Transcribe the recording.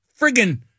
friggin